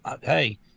Hey